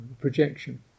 projection